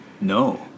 No